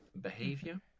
behavior